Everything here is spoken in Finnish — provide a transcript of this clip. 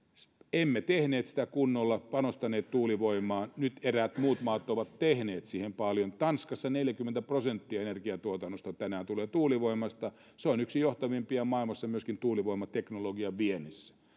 emme tehneet sitä kunnolla panostaneet tuulivoimaan nyt eräät muut maat ovat tehneet siihen paljon tanskassa neljäkymmentä prosenttia energiatuotannosta tänään tulee tuulivoimasta se on yksi johtavimpia maailmassa myöskin tuulivoimateknologian viennissä